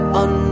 on